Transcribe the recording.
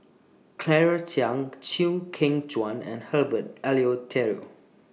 Claire Chiang Chew Kheng Chuan and Herbert Eleuterio